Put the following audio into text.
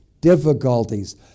difficulties